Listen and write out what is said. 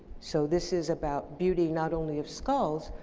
so, this is about beauty not only of skulls,